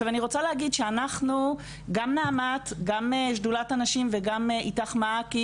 גם נעמ"ת, גם שדולת הנשים וגם איתך مَعَكِ (מעכי),